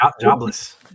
Jobless